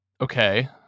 okay